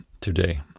today